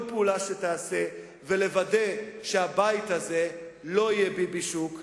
פעולה שתיעשה ולוודא שהבית הזה לא יהיה "ביבישוק".